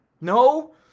No